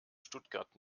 stuttgart